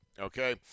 Okay